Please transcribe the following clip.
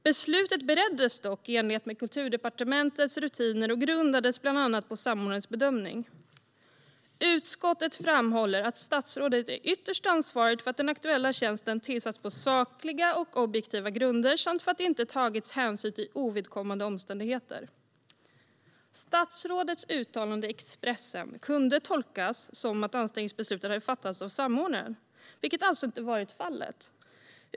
Beslutet bereddes i enlighet med Kulturdepartementets rutiner och grundades bland annat på samordnarens bedömning. Utskottet framhåller att statsrådet är ytterst ansvarigt för att den aktuella tjänsten tillsatts på sakliga och objektiva grunder samt för att det inte tagits hänsyn till ovidkommande omständigheter. Gransknings betänkandeVissa frågor om regeringens ansvar för förvaltningen och statliga bolag Statsrådets uttalanden i Expressen kunde tolkas som att anställningsbeslutet hade fattats av samordnaren, vilket alltså inte varit fallet.